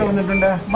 them, and